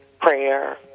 prayer